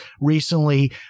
recently